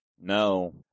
No